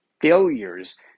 failures